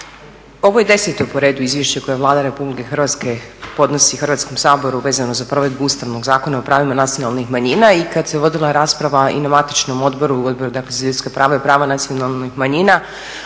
Ovo je deseto po redu izvješće koje Vlada RH podnosi Hrvatskom saboru vezano za provedbu Ustavnog zakona o pravima nacionalnih manjina. I kad se vodila rasprava i na matičnom odboru, Odboru za ljudska prava i prava nacionalnih manjina